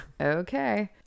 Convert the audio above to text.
okay